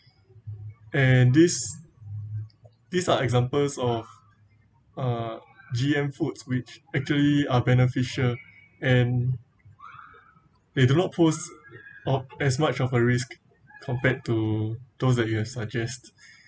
and this these are examples of uh G_M foods which actually are beneficial and they do not post of as much of a risk compared to those that you have suggest